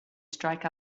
strike